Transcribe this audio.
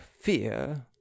fear